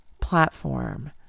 platform